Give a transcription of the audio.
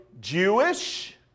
Jewish